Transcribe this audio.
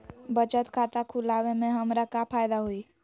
बचत खाता खुला वे में हमरा का फायदा हुई?